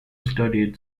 studied